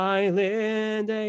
island